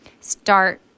start